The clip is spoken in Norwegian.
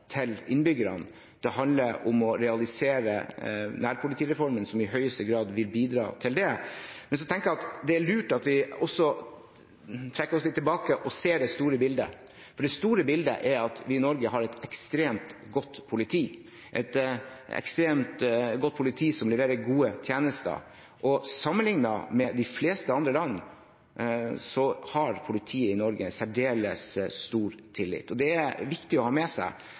til innbyggerne. Det handler om å realisere nærpolitireformen, som i høyeste grad vil bidra til det. Men det er lurt at vi også trekker oss litt tilbake og ser det store bildet, for det store bildet er at vi i Norge har et ekstremt godt politi, et ekstremt godt politi som leverer gode tjenester. Sammenlignet med de fleste andre land har politiet i Norge særdeles stor tillit. Det er viktig å ha med seg.